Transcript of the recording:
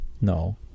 No